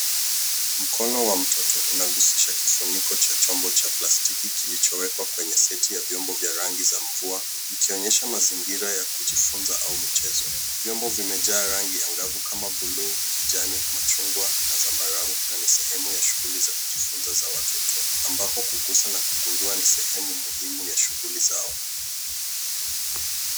Mkono wa mtoto unagusisha kifuniko cha chombo cha plastiki kilichowekwa kwenye seti ya vyombo vya rangi za mvua, ikionyesha mazingira ya kujifunza au michezo. Vyombo vimejaa rangi angavu kama buluu, kijani, machungwa na zambarau na ni sehemu ya shughuli za kujifunza za watoto, ambapo kugusa na kugundua ni sehemu muhimu ya shughuli zao.